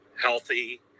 healthy